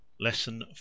Lesson